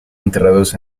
enterrados